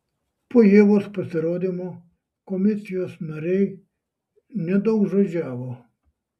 po ievos pasirodymo komisijos nariai nedaugžodžiavo